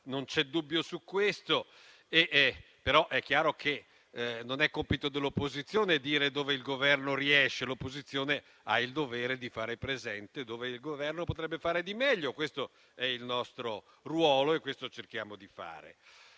Non c'è dubbio su questo, ma è chiaro che non è compito dell'opposizione dire dove il Governo riesce, l'opposizione ha il dovere di far presente dove il Governo potrebbe fare di meglio, questo è il nostro ruolo e questo cerchiamo di fare.